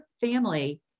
family